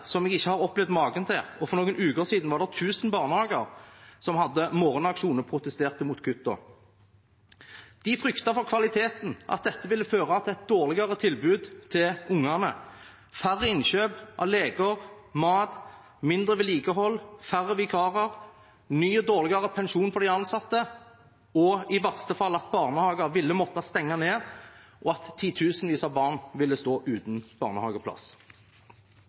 For noen uker siden var det 1 000 barnehager som hadde morgenaksjon og protesterte mot kuttene. De frykter for kvaliteten, at dette ville føre til et dårligere tilbud til ungene: færre innkjøp av leker og mat, mindre vedlikehold, færre vikarer, ny og dårligere pensjon for de ansatte og i verste fall at barnehager ville måtte stenge ned, og at titusenvis av barn ville stå uten en barnehageplass.